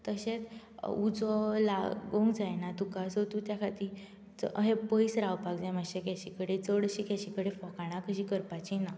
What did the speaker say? तशेच उजो लागूंक जायना तुका सो तूं ताका ती अहे पयस रावपाक जाय गॅशी कडेन मातशे गॅशी कडेन फकाणां कशी करपाची ना